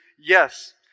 yes